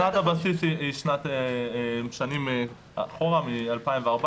שנת הבסיס הם שנים אחורה מ-2014,